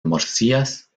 morcillas